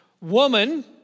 Woman